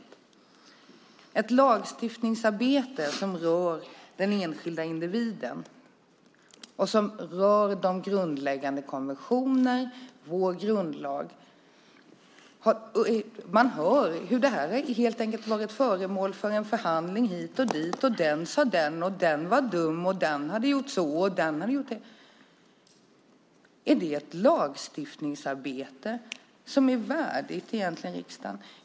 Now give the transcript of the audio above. Detta handlar om ett lagstiftningsarbete som rör den enskilde individen och som rör grundläggande konventioner och vår grundlag. Man får höra hur detta helt enkelt har varit föremål för en förhandling hit och dit. Det sägs att den sade det, den var dum, den hade gjort det och så vidare. Är det ett lagstiftningsarbete som är värdigt riksdagen?